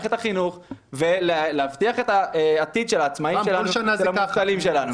למערכת החינוך ולהבטיח את העתיד העצמאים ושל המובטלים לנו.